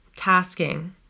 tasking